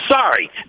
sorry